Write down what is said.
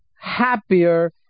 happier